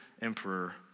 emperor